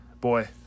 Boy